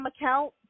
account